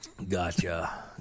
Gotcha